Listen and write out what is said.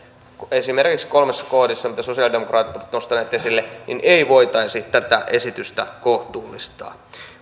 kolmessa kohdassa mitä sosialidemokraatit ovat nostaneet esille ei voitaisi tätä esitystä kohtuullistaa